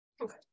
Okay